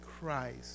Christ